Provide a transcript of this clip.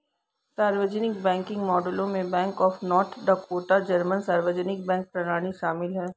सार्वजनिक बैंकिंग मॉडलों में bank of North Dakota German सार्वजनिक बैंक प्रणाली शामिल है